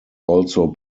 also